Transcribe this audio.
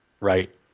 Right